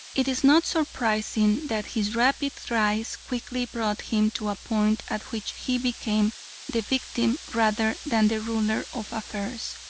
it is not surprising that his rapid rise quickly brought him to a point at which he became the victim rather than the ruler of affairs.